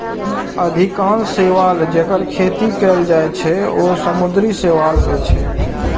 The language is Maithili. अधिकांश शैवाल, जेकर खेती कैल जाइ छै, ओ समुद्री शैवाल होइ छै